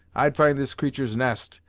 i'd find this creatur's nest,